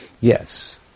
yes